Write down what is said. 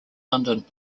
london